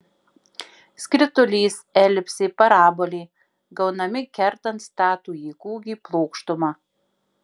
skritulys elipsė parabolė gaunami kertant statųjį kūgį plokštuma